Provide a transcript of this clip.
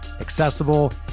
accessible